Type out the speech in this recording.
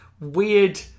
weird